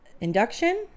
induction